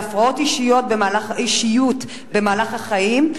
להפרעות אישיות במהלך החיים,